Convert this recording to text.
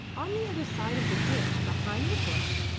on the other side of the ditch, behind the bush,